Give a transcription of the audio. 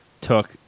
took